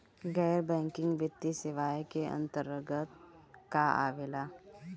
गैर बैंकिंग वित्तीय सेवाए के अन्तरगत का का आवेला?